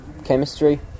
chemistry